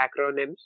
acronyms